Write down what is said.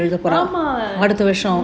ஆமா:aamaa